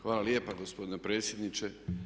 Hvala lijepa gospodine predsjedniče.